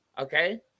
okay